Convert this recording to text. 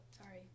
Sorry